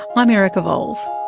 i'm erica vowles.